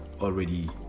already